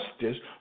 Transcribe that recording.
justice